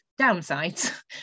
downsides